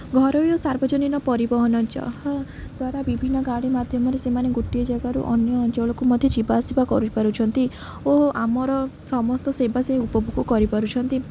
ଘରୋଇ ଓ ସାର୍ବଜନୀନ ପରିବହନ ଯାହା ଦ୍ୱାରା ବିଭିନ୍ନ ଗାଡ଼ି ମାଧ୍ୟମରେ ସେମାନେ ଗୋଟିଏ ଜାଗାରୁ ଅନ୍ୟ ଅଞ୍ଚଳକୁ ମଧ୍ୟ ଯିବା ଆସିବା କରିପାରୁଛନ୍ତି ଓ ଆମର ସମସ୍ତ ସେବା ସେ ଉପଭୋଗ କରିପାରୁଛନ୍ତି